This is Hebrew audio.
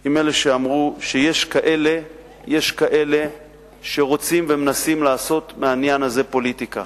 עם אלה שאמרו שיש כאלה שרוצים ומנסים לעשות מהעניין הזה פוליטיקה